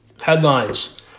Headlines